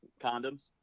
Condoms